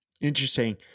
Interesting